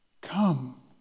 Come